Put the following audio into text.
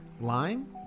Lime